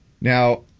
Now